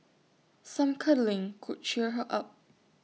some cuddling could cheer her up